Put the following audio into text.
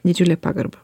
didžiulę pagarbą